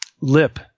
lip